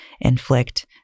inflict